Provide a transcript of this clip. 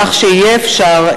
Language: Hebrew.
כך שיהיה אפשר,